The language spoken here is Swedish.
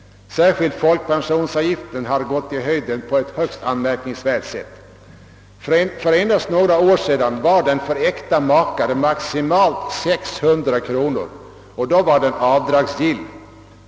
Särskilt folkpensionsavgiften har gått i höjden på ett högst anmärkningsvärt sätt. För endast några år sedan var den för äkta makar maximalt 600 kronor, och då var den avdragsgill.